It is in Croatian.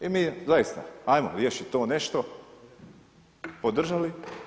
I mi zaista, ajmo riješit to nešto, podržali.